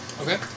Okay